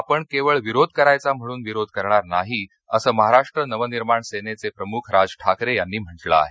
आपण केवळ विरोध करायचा म्हणून विरोध करणार नाही असं महाराष्ट्र नवनिर्माण सेनेचे प्रमुख राज ठाकरे यांनी म्हटलं आहे